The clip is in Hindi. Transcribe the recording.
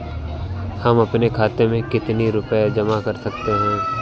हम अपने खाते में कितनी रूपए जमा कर सकते हैं?